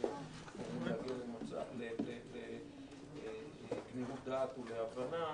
להגיע לגמירות דעת ולהבנה.